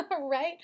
right